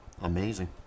Amazing